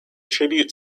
tribute